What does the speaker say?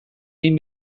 egin